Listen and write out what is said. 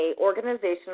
organizational